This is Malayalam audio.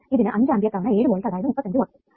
ഇതിന് അഞ്ച് ആമ്പിയർ തവണ ഏഴ് വോൾട്ട് അതായത് 35 വാട്ട്സ്